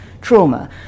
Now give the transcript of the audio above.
trauma